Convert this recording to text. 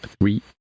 Three